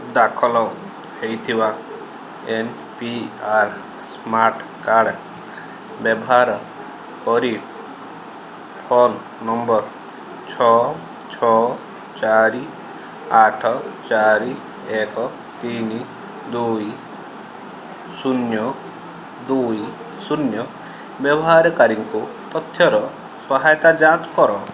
ଦାଖଲ ହୋଇଥିବା N P R smart card ବ୍ୟବହାର କରି ଫୋନ୍ ନମ୍ବର ଛଅ ଛଅ ଚାରି ଆଠ ଚାରି ଏକ ତିନି ଦୁଇ ଶୂନ ଦୁଇ ଶୂନ ବ୍ୟବହାରକାରୀଙ୍କ ତଥ୍ୟର ସହାୟତା ଯାଞ୍ଚ କର